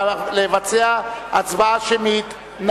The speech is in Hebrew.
לבצע הצבעה שמית.